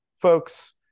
Folks